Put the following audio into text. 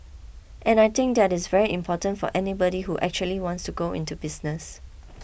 and I think that is very important for anybody who actually wants to go into business